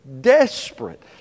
desperate